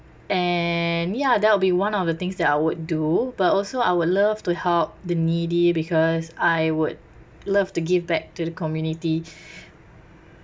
and ya that will be one of the things that I would do but also I would love to help the needy because I would love to give back to the community